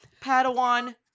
Padawan